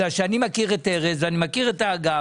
אני מכיר את ארז ואני מכיר את האגף.